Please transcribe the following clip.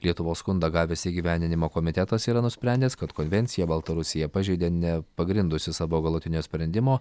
lietuvos skundą gavęs įgyvendinimo komitetas yra nusprendęs kad konvenciją baltarusija pažeidė nepagrindusi savo galutinio sprendimo